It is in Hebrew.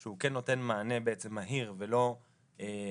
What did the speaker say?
שהוא כן נותן מענה בעצם מהיר ולא דורש